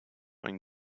ein